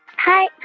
hi,